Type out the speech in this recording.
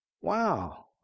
Wow